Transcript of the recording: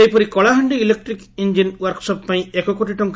ସେହିପରି କଳାହାଣ୍ଡି ଇଲେକ୍ଟିଂ ଇଞିନ ୱାର୍କସପ ପାଇଁ ଏକ କୋଟି ଟଙ୍